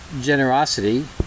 generosity